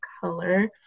color